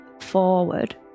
forward